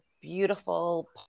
beautiful